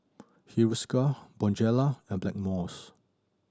Hiruscar Bonjela and Blackmores